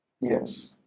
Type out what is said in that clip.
Yes